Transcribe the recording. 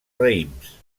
raïms